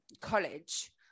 college